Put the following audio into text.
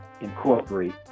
incorporate